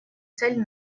цель